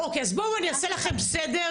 אוקי, אז בואו אני אעשה לכם סדר